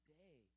day